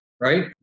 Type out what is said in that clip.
right